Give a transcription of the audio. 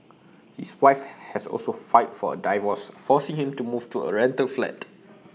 his wife has also filed for A divorce forcing him to move to A rental flat